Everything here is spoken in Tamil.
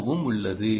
ஓவும் உள்ளது